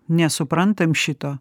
nesuprantam šito